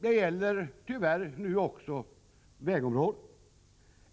Det gäller tyvärr numera också på vägområdet.